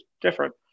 different